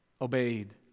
obeyed